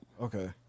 Okay